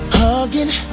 hugging